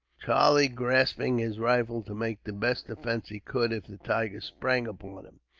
charlie grasping his rifle, to make the best defence he could if the tiger sprang upon him.